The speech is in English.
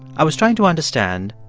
i was trying to understand,